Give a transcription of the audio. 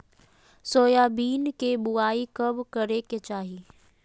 Soybean के बुआई कब करे के चाहि?